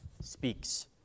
Speaks